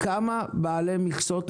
כמה בעלי מכסות נפגעו?